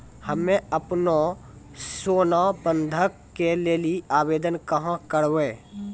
हम्मे आपनौ सोना बंधन के लेली आवेदन कहाँ करवै?